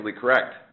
correct